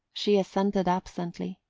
she assented absently.